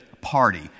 party